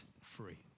free